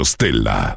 Stella